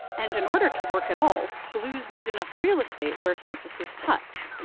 and in order to work at all, glues need enough real estate where surfaces touch.